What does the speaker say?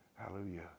Hallelujah